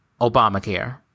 Obamacare